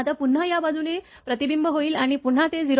आता पुन्हा या बाजूने हे प्रतिबिंबित होईल आणि पुन्हा ते 0